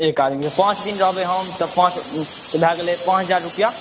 एक आदमी के पाँच दिन रहबै हम तऽ पाँच दिनक भय गेलै पाँच हजार रुपआ